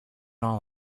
all